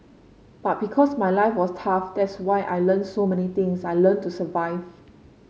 but because my life was tough that's why I learnt so many things I learnt to survive